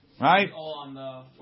Right